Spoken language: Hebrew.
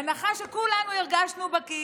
הנחה שכולנו הרגשנו בכיס.